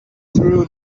threw